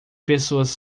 pessoas